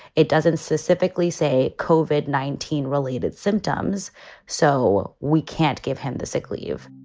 it doesn't specifically say cauvin nineteen related symptoms so we can't give him the sick leave